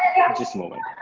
after so moving